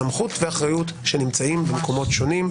סמכות ואחריות שנמצאים במקומות שונים,